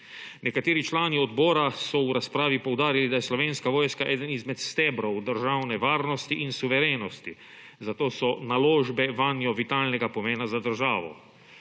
Nekateri člani odbora so v razpravi poudarili, da je Slovenska vojska eden izmed stebrov državne varnosti in suverenosti, zato so naložbe vanjo vitalnega pomena za državo.